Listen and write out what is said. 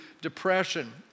depression